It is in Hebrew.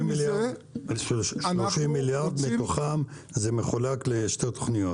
30 מיליארד מתוכם מחולקים לשתי תוכניות